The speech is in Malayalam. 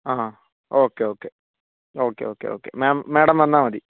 ആ okay okay okay okay okay ma'am madam വന്നാൽമതി